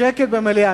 שקט במליאה.